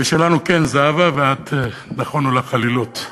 ושלנו כן, זהבה, ואת, נכונו לך עלילות.